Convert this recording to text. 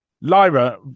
Lyra